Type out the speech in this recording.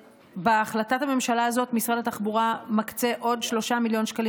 בהחלטת הממשלה הזאת משרד התחבורה מקצה עוד 3 מיליון שקלים